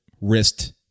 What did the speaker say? wrist